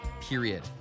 period